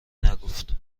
نگفت